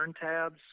tabs